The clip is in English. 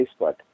Facebook